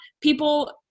people